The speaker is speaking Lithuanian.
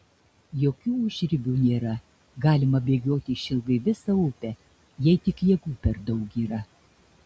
jokių užribių nėra galima bėgioti išilgai visą upę jei tik jėgų per daug yra